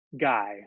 guy